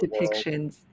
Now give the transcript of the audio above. depictions